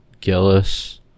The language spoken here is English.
Gillis